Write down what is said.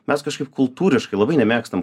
mes kažkaip kultūriškai labai nemėgstam